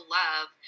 love